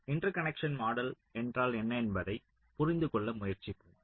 interconnecting model என்றால் என்ன என்பதைப் புரிந்துகொள்ள முயற்சிப்போம்